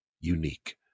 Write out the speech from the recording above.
unique